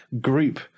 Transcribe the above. group